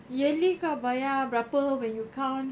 yearly kau bayar berapa when you count